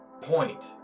point